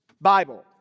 Bible